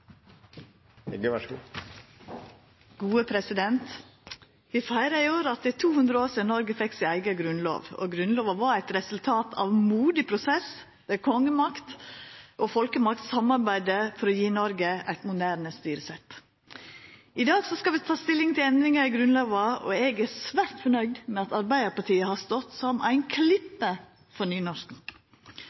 i år at det er 200 år sidan Noreg fekk ei eiga grunnlov. Og Grunnlova var eit resultat av ein modig prosess ved at kongemakt og folkemakt samarbeidde for å gje Noreg eit moderne styresett. I dag skal vi ta stilling til endringar i Grunnlova, og eg er svært fornøgd med at Arbeidarpartiet har stått som ei klippe for nynorsken.